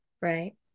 Right